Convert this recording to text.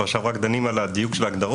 ועכשיו דנים רק על הדיוק של ההגדרות,